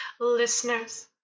Listeners